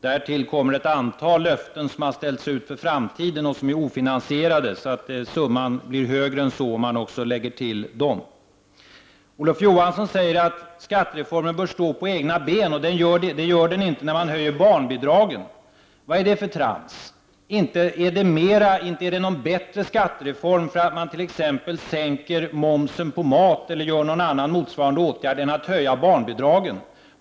Därtill kommer ett antal löften för framtiden som är ofinansierade, så summan blir högre än så om man också lägger till dem. Olof Johansson säger att skattereformen bör stå på egna ben och att den inte gör det när man höjer barnbidragen. Vad är det för trams? Inte blir det någon bättre skattereform därför att man t.ex. sänker momsen på mat eller gör någon annan motsvarande åtgärd i stället för att höja barnbidragen.